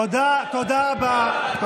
תודה רבה.